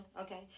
Okay